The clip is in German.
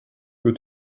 wird